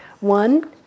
One